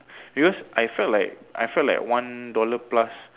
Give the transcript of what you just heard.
because I felt that like I felt like one dollar plus